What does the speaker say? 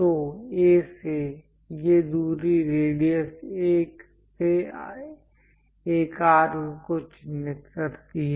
तो A से ये दूरी रेडियस A से एक आर्क को चिह्नित करती है